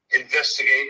investigate